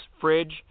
fridge